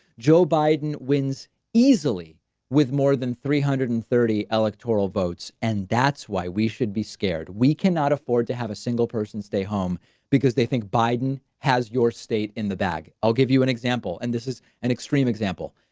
joe biden wins easily with more than three hundred and thirty electoral votes. and that's why we should be scared. we cannot afford to have a single person stay home because they think biden has your state in the bag. i'll give you an example. and this is an extreme example.